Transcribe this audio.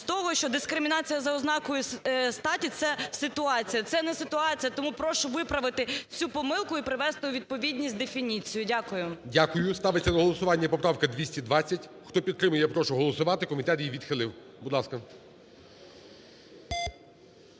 з того, що дискримінація за ознакою статі – це ситуація. Це не ситуація, тому прошу виправити цю помилку і привести у відповідність дефініцію. Дякую. ГОЛОВУЮЧИЙ. Дякую. Ставиться на голосування поправка 220. Хто підтримує, я прошу голосувати. Комітет її відхилив. Будь ласка.